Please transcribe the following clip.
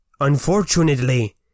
unfortunately